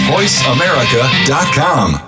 VoiceAmerica.com